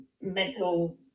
mental